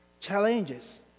Challenges